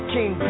King